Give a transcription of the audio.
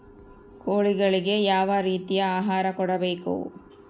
ಕೋಳಿಗಳಿಗೆ ಯಾವ ರೇತಿಯ ಆಹಾರ ಕೊಡಬೇಕು?